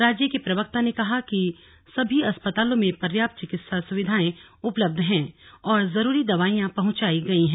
राज्य के प्रवक्ता ने कहा कि सभी अस्पतालों में पर्याप्त चिकित्सा सुविधाएं उपलब्ध हैं और जरूरी दवाइयां पहुंचाई गई हैं